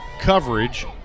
coverage